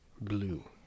blue